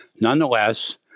Nonetheless